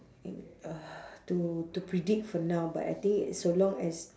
uh to to predict for now but I think so long as